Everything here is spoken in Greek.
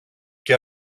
και